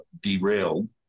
derailed